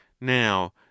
now